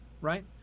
right